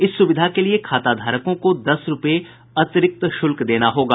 इस सुविधा के लिये खाताधारकों को दस रूपये अतिरिक्त शुल्क देना होगा